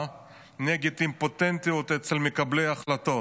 נגד אימפוטנטיות אצל מקבלי ההחלטות.